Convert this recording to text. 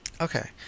Okay